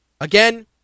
Again